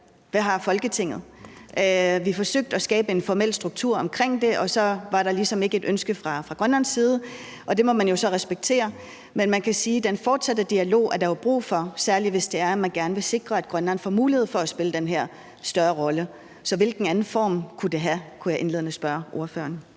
Hvad har Folketinget? Vi forsøgte at skabe en formel struktur omkring det, og så var der ligesom ikke et ønske fra Grønlands side, og det må man jo så respektere. Men man kan sige, at den fortsatte dialog er der jo brug for, særlig hvis det er, at man gerne vil sikre, at Grønland får mulighed for at spille den her større rolle. Så hvilken anden form kunne det have, kunne jeg indledende spørge ordføreren?